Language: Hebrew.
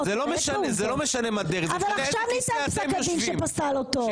עכשיו ניתן פסק הדין שפסל אותו.